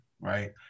right